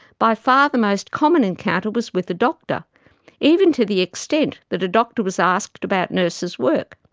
by far the most common encounter was with a doctor even to the extent that a doctor was asked about nurses' work.